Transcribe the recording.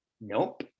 Nope